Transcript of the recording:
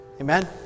Amen